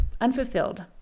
unfulfilled